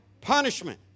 punishment